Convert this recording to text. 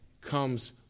comes